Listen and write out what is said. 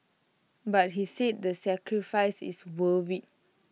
but he said the sacrifice is worth IT